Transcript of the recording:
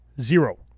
zero